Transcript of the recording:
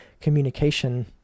communication